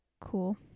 cool